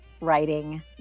writing